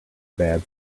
bad